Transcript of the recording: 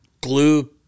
glue